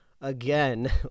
Again